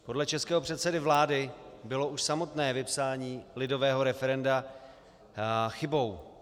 Podle českého předsedy vlády bylo už samotné vypsání lidového referenda chybou.